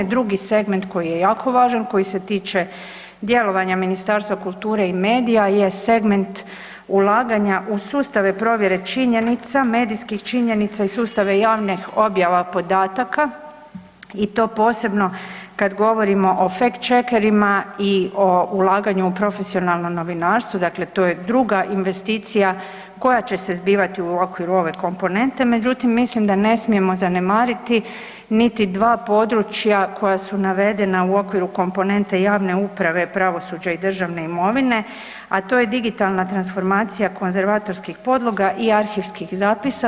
Drugi segment koji je jako važan, koji se tiče djelovanja Ministarstva kulture i medija je segment ulaganja u sustave provjere činjenica, medijskih činjenica iz sustava javnih objava podataka i to posebno kad govorimo od fact checkerima i o ulaganju u profesionalno novinarstvo, dakle to je druga investicija koja će se zbivati u okviru ove komponente, međutim, mislim da ne smijemo zanemariti niti dva područja koja su navedena u okviru komponente javne uprave, pravosuđa i državne imovine, a to je digitalna transformacija konzervatorskih podloga i arhivskih zapisa.